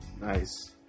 Nice